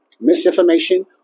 misinformation